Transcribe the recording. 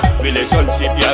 relationship